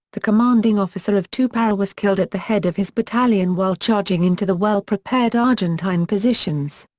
the commanding officer of two para was killed at the head of his battalion while charging into the well-prepared argentine positions.